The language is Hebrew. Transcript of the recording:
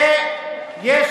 תתבייש לך.